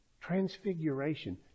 transfiguration